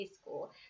school